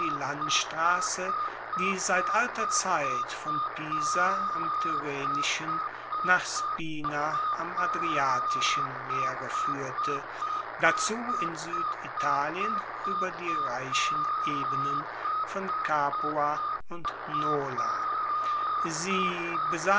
die landstrasse die seit alter zeit von pisa am tyrrhenischen nach spina am adriatischen meere fuehrte dazu in sueditalien ueber die reichen ebenen von capua und nola sie